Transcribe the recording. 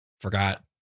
forgot